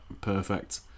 perfect